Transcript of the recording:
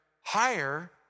higher